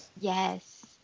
Yes